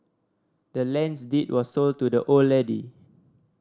the land's deed was sold to the old lady